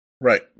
Right